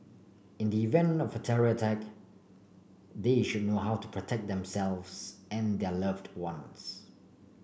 in the event of a terror attack they should know how to protect themselves and their loved ones